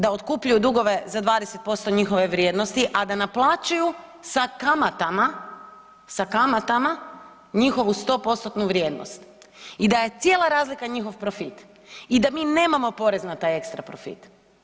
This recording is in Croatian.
Da otkupljuju dugove za 20% njihove vrijednosti, a da naplaćuju sa kamatama, sa kamatama njihovu 100%-tnu vrijednost i da je cijela razlika njihov profit i da mi nemamo porez na taj ekstra profit.